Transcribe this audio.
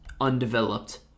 undeveloped